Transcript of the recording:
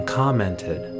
commented